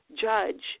judge